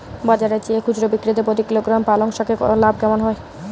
বাজারের চেয়ে খুচরো বিক্রিতে প্রতি কিলোগ্রাম পালং শাকে লাভ কেমন হয়?